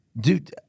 dude